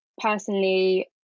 personally